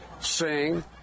sing